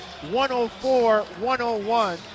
104-101